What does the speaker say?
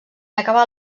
acabar